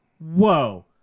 Whoa